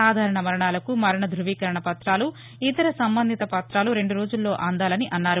సాధారణ మరణాలకు మరణ ధృవీకరణ పత్రాలు ఇతర సంబంధిత పత్రాలు రెండు రోజుల్లో అందాలని అన్నారు